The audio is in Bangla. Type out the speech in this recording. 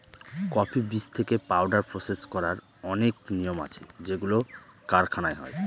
কফি বীজ থেকে পাউডার প্রসেস করার অনেক নিয়ম আছে যেগুলো কারখানায় হয়